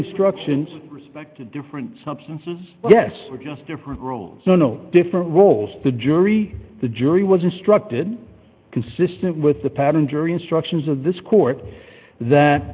instructions respected different substances yes or just different roles so no different roles the jury the jury was instructed consistent with the pattern jury instructions of this court that